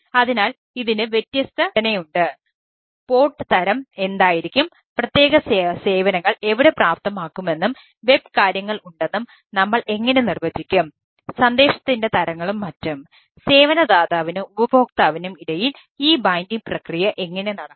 അതിനാൽ ഇതിന് വ്യത്യസ്ത ഘടനയുണ്ട് പോർട്ട് പ്രക്രിയ എങ്ങനെ നടക്കും